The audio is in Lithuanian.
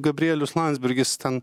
gabrielius landsbergis ten